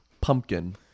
Pumpkin